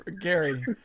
Gary